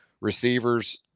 receivers